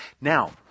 Now